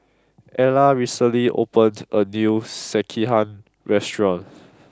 Ella recently opened a new Sekihan restaurant